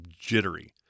jittery